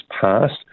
passed